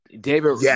David